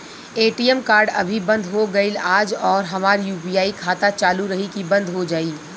ATM card अभी बंद हो गईल आज और हमार यू.पी.आई खाता चालू रही की बन्द हो जाई?